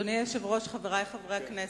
אדוני היושב-ראש, חברי חברי הכנסת,